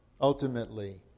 ultimately